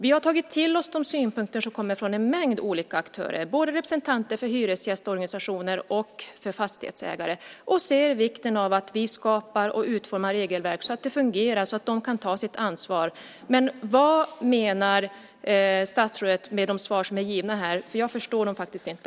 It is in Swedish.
Vi har tagit till oss de synpunkter som kommer från en mängd olika aktörer och representanter för både hyresgästorganisationer och fastighetsägare. Vi ser vikten av att vi skapar och utformar regelverk så att det fungerar och de kan ta sitt ansvar. Vad menar statsrådet med de svar som är givna här? Jag förstår dem faktiskt inte.